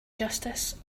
justice